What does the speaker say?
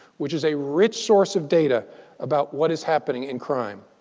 which is a rich source of data about what is happening in crime.